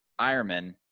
Ironman